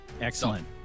Excellent